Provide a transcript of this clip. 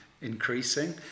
increasing